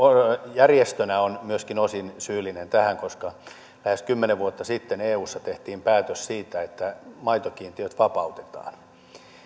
järjestönä on osin syyllinen tähän koska lähes kymmenen vuotta sitten eussa tehtiin päätös siitä että maitokiintiöt vapautetaan